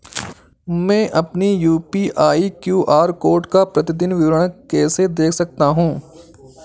मैं अपनी UPI QR code का प्रतीदीन विवरण कैसे देख सकता हूँ?